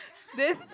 then